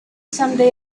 someday